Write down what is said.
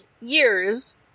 years